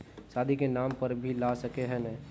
शादी के नाम पर भी ला सके है नय?